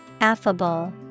Affable